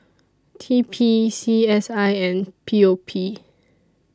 T P C S I and P O P